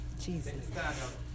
Jesus